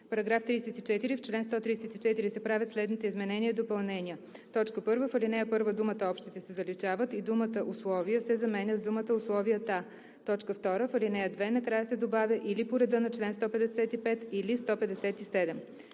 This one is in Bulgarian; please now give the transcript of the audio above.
§ 34: „§ 34. В чл. 134 се правят следните изменения и допълнения: 1. В ал. 1 думата „общите“ се заличава и думата „условия“ се заменя с думата „условията“. 2. В ал. 2 накрая се добавя „или по реда на чл. 155 или 157“.“